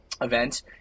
event